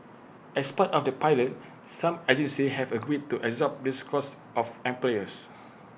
as part of the pilot some agencies have agreed to absorb this cost of employers